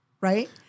right